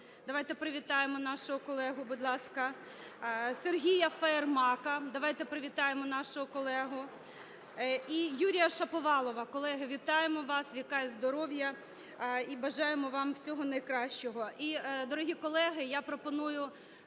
Давайте привітаємо нашого колегу, будь ласка. (Оплески) Сергія Фаєрмарка. Давайте привітаємо нашого колегу. (Оплески) І Юрія Шаповалова. Колеги, вітаємо вас, віка і здоров'я, і бажаємо вам всього найкращого. І, дорогі колеги, я пропоную